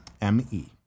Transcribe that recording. M-E